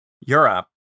Europe